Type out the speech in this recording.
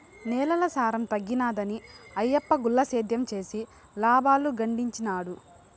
నేలల సారం తగ్గినాదని ఆయప్ప గుల్ల సేద్యం చేసి లాబాలు గడించినాడు